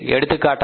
எடுத்துக்காட்டாக